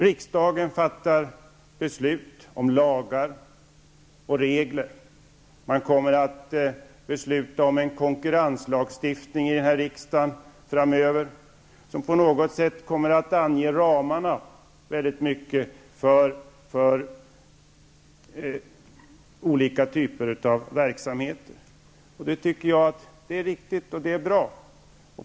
Riksdagen fattar beslut om lagar och regler och kommer framöver att besluta om en konkurrenslagstiftning som i väldigt mycket kommer att ange ramarna för olika typer av verksamheter. Det tycker jag är riktigt och bra.